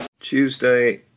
Tuesday